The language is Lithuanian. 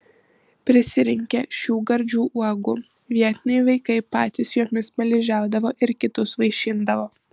prisirinkę šių gardžių uogų vietiniai vaikai patys jomis smaližiaudavo ir kitus vaišindavo